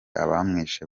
abamwishe